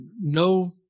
no